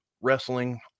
wrestling